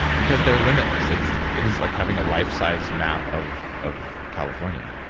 because they're limitless. it's it's like having a life-sized map of of california.